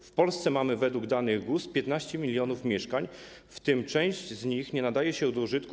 W Polsce mamy według danych GUS 15 mln mieszkań, w tym część z nich nie nadaje się do użytku.